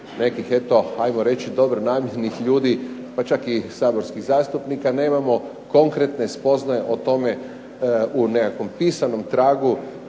nekih eto ajmo reći dobronamjernih ljudi pa čak i saborskih zastupnika, nemamo konkretne spoznaje o tome u nekakvom pisanom tragu,